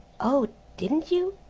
oh! didn't you?